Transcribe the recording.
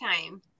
time